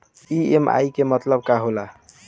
EMI के मतलब का होला?